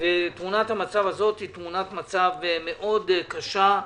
ותמונת המצב הזאת היא תמונת מצב מאוד קשה.